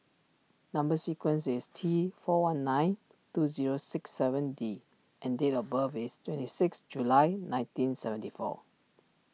Number Sequence is T four one nine two zero six seven D and date of birth is twenty six July nineteen seventy four